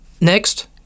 Next